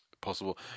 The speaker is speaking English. Possible